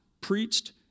preached